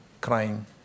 crying